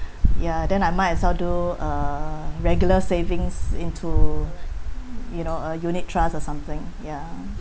ya then I might as well do uh regular savings into you know a unit trust or something ya